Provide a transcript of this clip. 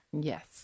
Yes